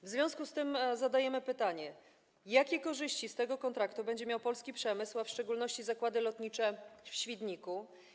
W związku z tym zadajemy pytanie: Jakie korzyści z tego kontraktu będzie miał polski przemysł, w szczególności zakłady lotnicze w Świdniku?